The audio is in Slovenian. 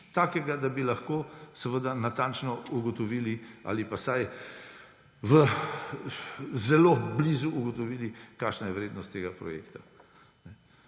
takega, da bi lahko natančno ugotovili ali pa vsaj zelo blizu ugotovili, kakšna je vrednost tega projekta.